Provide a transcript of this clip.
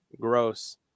gross